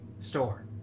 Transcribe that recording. Store